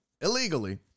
illegally